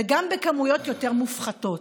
וגם בכמויות מופחתות.